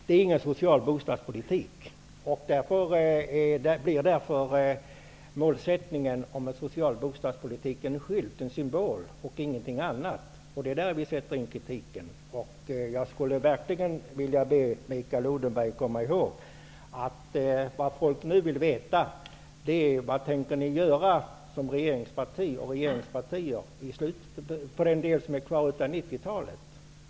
Det är ingen social bostadspolitik. Det målet har nu blivit bara en symbol och ingenting annat. Det är det som vi kritiserar. Jag vill verkligen be Mikael Odenberg att komma ihåg att folk nu vill veta vad ni som regeringspartier tänker göra under den del som är kvar av 1990 talet.